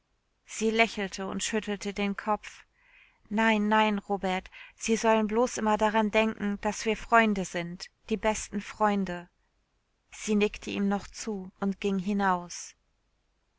sie lächelte und schüttelte den kopf nein nein robert sie sollen bloß immer daran denken daß wir freunde sind die besten freunde sie nickte ihm noch zu und ging hinaus